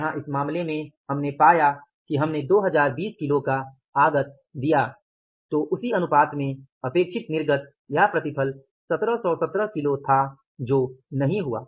यहाँ इस मामले में हमने पाया कि हमने 2020 किलो का आगत दिया तो उसी अनुपात में अपेक्षित निर्गत या प्रतिफल 1717 किलो था जो नहीं हुआ